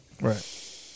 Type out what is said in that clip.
Right